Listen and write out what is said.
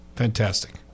fantastic